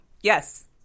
Yes